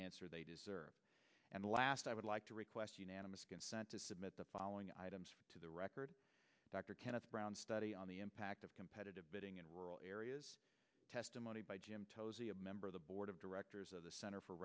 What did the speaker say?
answer they deserve and the last i would like to request unanimous consent to submit the following items to the record dr kenneth brown study on the impact of competitive bidding in rural areas testimony by jim toes a member of the board of directors of the center for